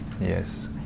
yes